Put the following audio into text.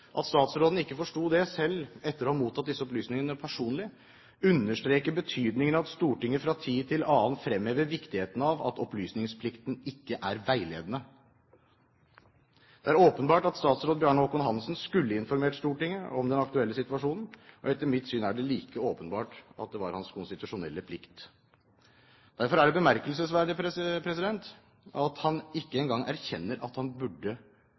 At statsråden ikke forsto det, selv etter å ha mottatt disse opplysningene personlig, understreker betydningen av at Stortinget fra tid til annen fremhever viktigheten av at opplysningsplikten ikke er veiledende. Det er åpenbart at tidligere statsråd Bjarne Håkon Hanssen skulle informert Stortinget om den aktuelle situasjonen, og etter mitt syn er det like åpenbart at det var hans konstitusjonelle plikt. Derfor er det bemerkelsesverdig at han erkjenner at det ikke